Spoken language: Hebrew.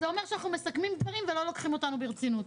זה אומר שאנחנו מסכמים דברים ולא לוקחים אותנו ברצינות.